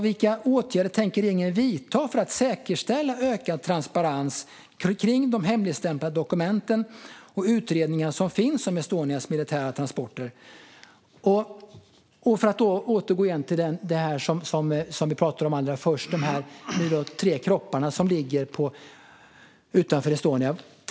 Vilka åtgärder tänker regeringen vidta för att säkerställa ökad transparens kring de hemligstämplade dokument och utredningar som finns om Estonias militära transporter? Jag återgår till det som vi pratade om allra först: de tre kropparna som ligger utanför Estonia.